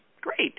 Great